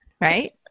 right